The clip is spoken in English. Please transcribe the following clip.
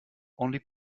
only